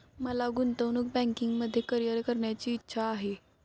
मला गुंतवणूक बँकिंगमध्ये करीअर करण्याची इच्छा आहे